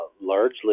largely